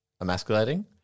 emasculating